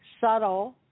subtle